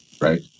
right